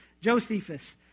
Josephus